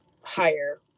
higher